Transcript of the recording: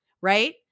right